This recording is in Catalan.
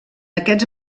aquests